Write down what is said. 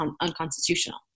unconstitutional